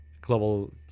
global